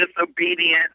disobedient